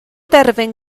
derfyn